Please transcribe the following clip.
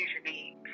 usually